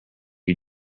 you